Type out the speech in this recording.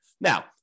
Now